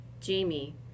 Jamie